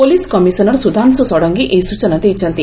police commissioner Sudhanshu Shadangi ଏହି ସୂଚନା ଦେଇଛନ୍ତି